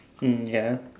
mm ya